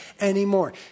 anymore